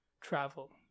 travel